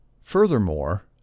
furthermore